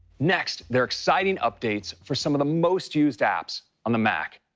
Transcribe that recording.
next, there are exciting updates for some of the most-used apps on the mac.